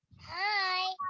Hi